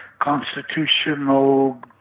constitutional